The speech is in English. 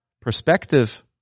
perspective